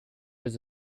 was